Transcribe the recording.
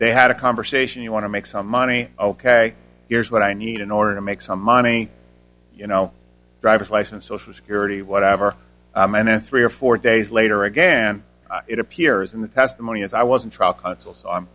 they had a conversation you want to make some money ok here's what i need in order to make some money you know driver's license social security whatever and then three or four days later again it appears in the testimony as i wasn't trial counsel so i'm